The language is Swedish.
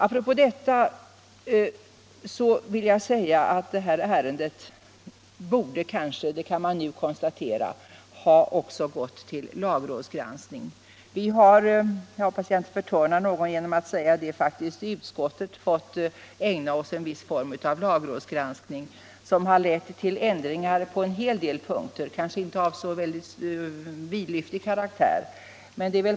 Apropå detta vill jag säga att det här ärendet kanske borde ha gått till lagrådsgranskning — det kan man nu konstatera. Jag hoppas att jag inte förtörnar någon genom att säga det, men vi har faktiskt i utskottet fått ägna oss åt en viss form av lagrådsgranskning, som har lett till ändringar på en hel del punkter — kanske inte av så vidlyftig karaktär.